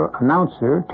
announcer